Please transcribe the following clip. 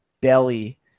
belly